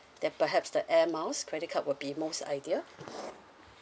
then perhaps the air miles credit card will be most ideal